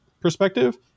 perspective